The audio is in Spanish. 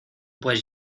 pues